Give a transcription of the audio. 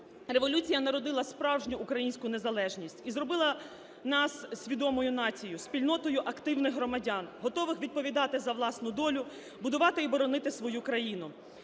Революція народила справжню українську незалежність і зробила нас свідомою нацією. Спільнотою активних громадян, готових відповідати за власну долю, будувати і боронити свою країну.